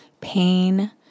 pain